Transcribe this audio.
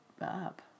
up